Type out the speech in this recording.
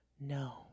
No